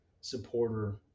supporter